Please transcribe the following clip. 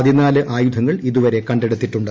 പതിനാല് ആയുധങ്ങൾ ഇതുവരെ കണ്ടെടുത്തിട്ടുണ്ട്